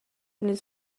نیز